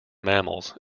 mammals